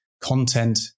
content